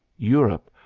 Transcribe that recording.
europe,